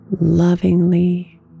lovingly